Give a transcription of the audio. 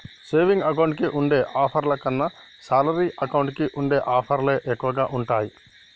saving account కి ఉండే ఆఫర్ల కన్నా శాలరీ అకౌంట్ కి ఉండే ఆఫర్లే ఎక్కువగా ఉంటాయి